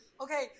okay